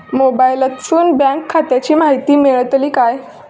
मोबाईलातसून बँक खात्याची माहिती मेळतली काय?